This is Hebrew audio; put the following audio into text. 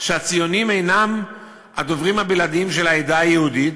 את המסר שהציונים אינם הדוברים הבלעדיים של העדה היהודית,